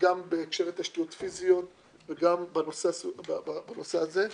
גם בהקשרי תשתיות פיזיות וגם בנושא הזה.